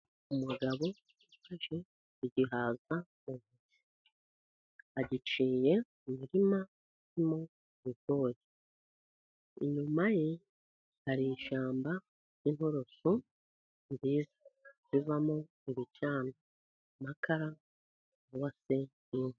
Umugabo ufashe igihaza mu ntoki, agiciye mu murima urimo ibigori. Inyuma ye hari ishyamba ry'inturusu nziza zivamo ibicanwa, amakara cyangwa se inkwi.